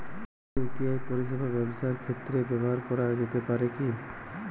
UPI পরিষেবা ব্যবসার ক্ষেত্রে ব্যবহার করা যেতে পারে কি?